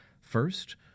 first